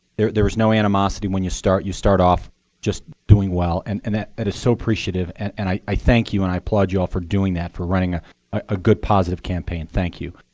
there there was no animosity when you start. you start off just doing well. and and that that is so appreciative. and and i i thank you, and i applaud you all for doing that, for running a ah good, positive campaign. thank you.